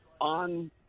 on